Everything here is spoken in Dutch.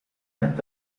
net